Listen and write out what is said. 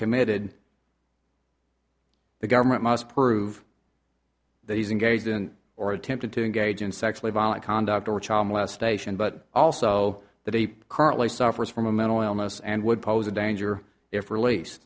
committed the government must prove that he's engaged in or attempted to engage in sexually violent conduct or child molestation but also that he currently suffers from a mental illness and would pose a danger if release